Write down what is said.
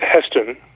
Heston